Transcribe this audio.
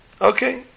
Okay